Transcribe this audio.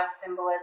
symbolism